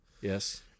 Yes